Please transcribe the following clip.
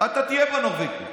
אתה תהיה בנורבגי.